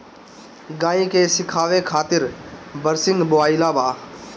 गाई के खियावे खातिर बरसिंग बोआइल बा